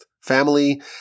family